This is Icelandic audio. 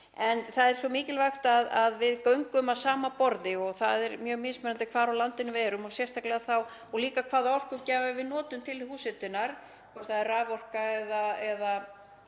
en það er svo mikilvægt að við göngum að sama borði. Það er mjög mismunandi hvar á landinu við erum og líka hvaða orkugjafa við notum til húshitunar, hvort það er raforka eða